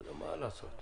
מה לעשות.